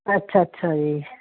ਅੱਛਾ ਅੱਛਾ ਜੀ